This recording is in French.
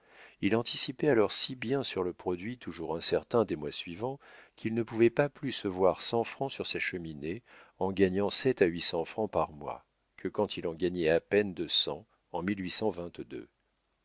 il anticipait alors si bien sur le produit toujours incertain des mois suivants qu'il ne pouvait pas plus se voir cent francs sur sa cheminée en gagnant sept à huit cents francs par mois que quand il en gagnait à peine deux cents en